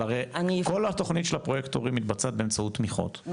אבל כל התוכנית של הפרויקטורים מתבצעת באמצעות תמיכות,